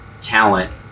talent